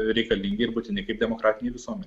reikalingi ir būtini kaip demokratinei visuomenei